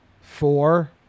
Four